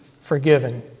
forgiven